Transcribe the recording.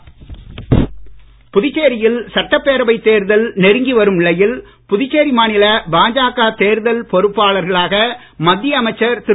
பஜக நியமனம் புதுச்சேரியில் சட்டப்பேரவைத் தேர்தல் நெருங்கி வரும் நிலையில் புதுச்சேரி மாநில பாஜக தேர்தல் பொறுப்பாளர்களாக மத்திய அமைச்சர் திரு